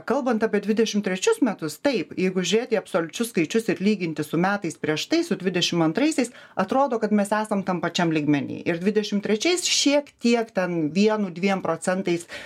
kalbant apie dvidešimt trečius metus taip jeigu žiūrėti į absoliučius skaičius ir lyginti su metais prieš tai su dvidešim antraisiais atrodo kad mes esam tam pačiam lygmeny ir dvidešim trečiais šiek tiek ten vienu dviem procentais a